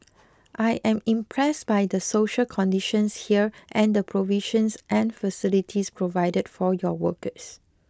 I am impressed by the social conditions here and the provisions and facilities provided for your workers